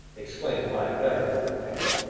exclaimed my venerable companion.